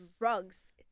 drugs